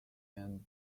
and